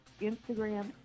Instagram